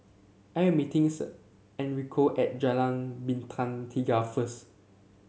I am meeting Enrico at Jalan Bintang Tiga first